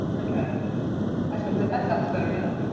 like ah actually, but that sounds better now.